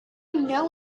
know